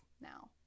now